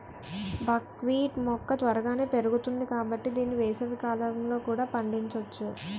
బక్ wheat మొక్క త్వరగానే పెరుగుతుంది కాబట్టి దీన్ని వేసవికాలంలో కూడా పండించొచ్చు